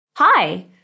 Hi